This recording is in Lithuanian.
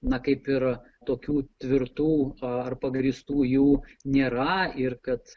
na kaip ir tokių tvirtų ar pagrįstų jų nėra ir kad